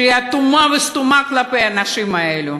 שהיא אטומה וסתומה כלפי האנשים האלה.